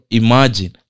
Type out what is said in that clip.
imagine